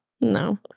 No